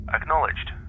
Acknowledged